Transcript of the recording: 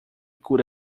cura